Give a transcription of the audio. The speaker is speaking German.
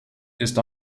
ist